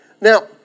Now